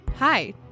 Hi